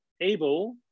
able